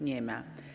Nie ma.